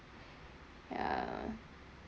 yeah um